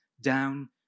down